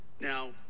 Now